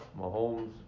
Mahomes